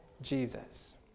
Jesus